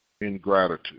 ingratitude